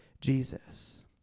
Jesus